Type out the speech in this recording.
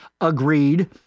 agreed